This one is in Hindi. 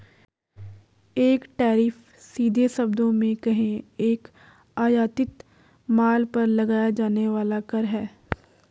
एक टैरिफ, सीधे शब्दों में कहें, एक आयातित माल पर लगाया जाने वाला कर है